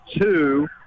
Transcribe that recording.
Two